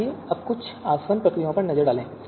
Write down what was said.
आइए अब कुछ आसवन प्रक्रियाओं पर एक नजर डालते हैं